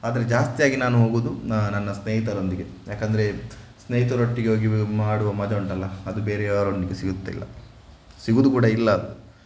ಆದರೆ ಜಾಸ್ತಿಯಾಗಿ ನಾನು ಹೋಗುವುದು ನನ್ನ ಸ್ನೇಹಿತರೊಂದಿಗೆ ಯಾಕೆಂದರೆ ಸ್ನೇಹಿತರೊಟ್ಟಿಗೆ ಹೋಗಿ ಮಾಡುವ ಮಜಾ ಉಂಟಲ್ಲ ಅದು ಬೇರೆ ಯಾರೊಂದಿಗೂ ಸಿಗುತ್ತಿಲ್ಲ ಸಿಗುವುದು ಕೂಡ ಇಲ್ಲ ಅದು